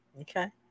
Okay